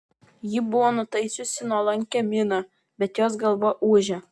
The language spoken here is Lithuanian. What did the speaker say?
ji buvo nutaisiusi nuolankią miną bet jos galva ūžė